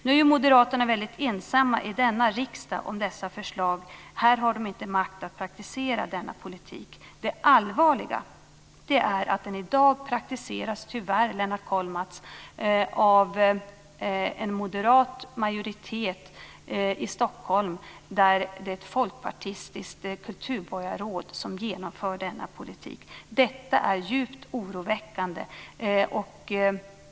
Nu är ju moderaterna väldigt ensamma om dessa förslag i denna riksdag. Här har de inte makt att praktisera denna politik. Det allvarliga är att den i dag praktiseras av en moderat majoritet i Stockholm, där, tyvärr Lennart Kollmats, ett folkpartistiskt kulturborgarråd genomför denna politik. Detta är djupt oroväckande.